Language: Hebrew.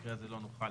במקרה הזה לא נוכל.